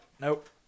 Nope